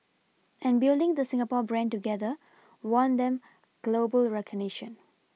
and building the Singapore brand together won them global recognition